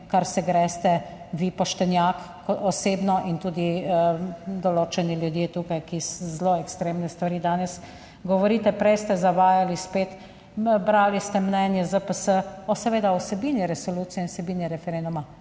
kar se greste vi, poštenjak osebno, in tudi določeni ljudje tukaj, ki zelo ekstremne stvari danes govorite. Prej ste zavajali spet, brali ste mnenje ZPS o, seveda, o vsebini resolucije in vsebini referenduma.